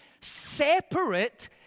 separate